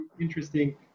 interesting